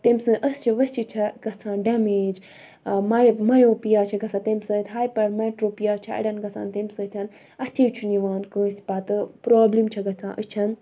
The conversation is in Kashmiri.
تٔمۍ سٕنز أچھِ ؤچھِ چھےٚ گَژھان ڈیمیج ٲں مَیو مَیوپِیا چھِ گَژھان تَمہِ سۭتۍ ہایپَرمٮ۪ٹروپِیا چھِ اَڑٮ۪ن گَژھان تَمہِ سۭتۍ اتھے چھُنہٕ یِوان کٲنسہِ پَتہٕ پرابلِم چھِ گَژھان أچھن